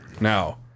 Now